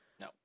No